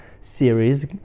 series